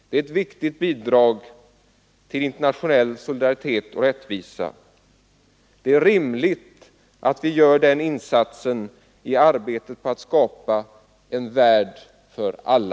Det är ett viktigt bidrag till internationell solidaritet och rättvisa. Det är rimligt att vi gör den insatsen i arbetet på att skapa ”en värld för alla”.